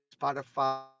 spotify